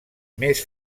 més